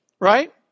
Right